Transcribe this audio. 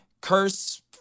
curse